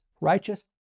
Righteous